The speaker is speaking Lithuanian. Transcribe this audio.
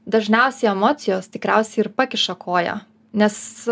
dažniausiai emocijos tikriausiai ir pakiša koją nes